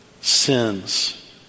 sins